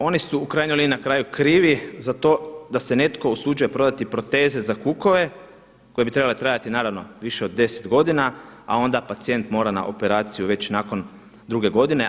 Oni su u krajnjoj liniji na kraju krivi za to da se netko usuđuje prodati proteze za kukove koje bi trebale trajati naravno više od deset godina, a onda pacijent mora na operaciju već nakon druge godine.